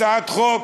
הצעת חוק,